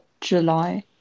July